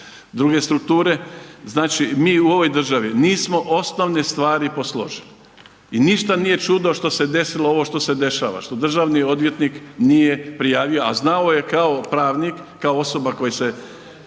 druge strukture. Znači mi u ovoj državi nismo osnovne stvari posložili i ništa nije čudo što se desilo ovo što se dešava, što državni odvjetnik nije prijavio, a znao je kao pravnik, kao osoba koja se